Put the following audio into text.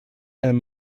and